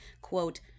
Quote